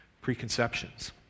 preconceptions